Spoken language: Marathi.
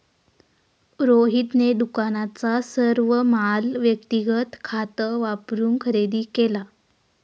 रोहितने दुकानाचा सर्व माल व्यक्तिगत खात वापरून खरेदी केला